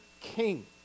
king